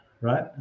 right